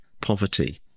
poverty